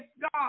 God